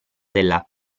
della